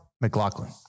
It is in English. McLaughlin